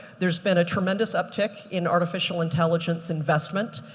there's been a tremendous uptick in artificial intelligence investment.